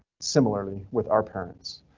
similarly with our parents.